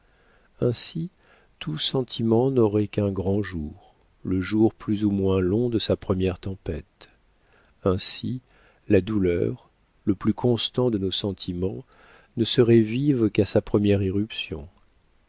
ainsi tout sentiment n'aurait qu'un grand jour le jour plus ou moins long de sa première tempête ainsi la douleur le plus constant de nos sentiments ne serait vive qu'à sa première irruption